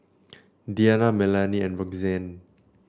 Deanna Melany and Roxanne